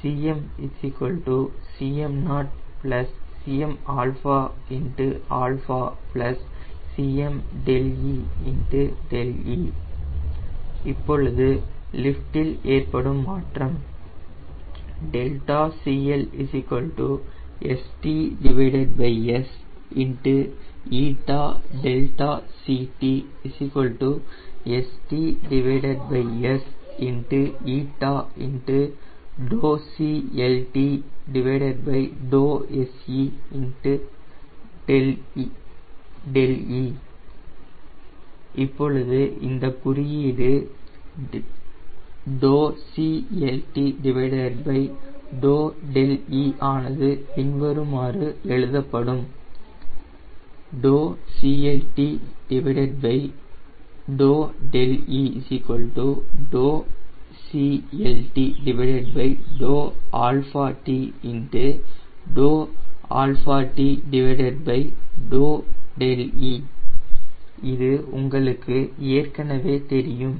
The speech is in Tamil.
Cm Cm0 Cm Cme 𝛿e இப்பொழுது லிஃப்டில் ஏற்படும் மாற்றம் ∆CL StS𝜂∆CLt StS𝜂 𝜕𝐶Lt𝜕e𝛿e இப்பொழுது இந்த குறியீடு 𝜕𝐶Lt𝜕e ஆனது பின்வருமாறு எழுதப்படும் 𝜕𝐶Lt𝜕e 𝜕𝐶Lt𝜕t𝜕t𝜕e இது உங்களுக்கு ஏற்கனவே தெரியும்